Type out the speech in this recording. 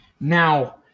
Now